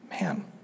man